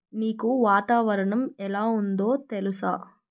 నీకు వాతావరణం ఎలా ఉందో తెలుసా